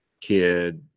kid